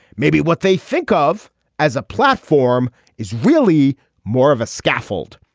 maybe what they think of as a platform is really more of a scaffold